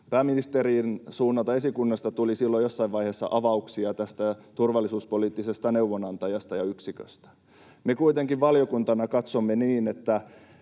Pääministerin suunnalta esikunnasta tuli silloin jossain vaiheessa avauksia tästä turvallisuuspoliittisesta neuvonantajasta ja yksiköstä. Me kuitenkin valiokuntana katsomme niin,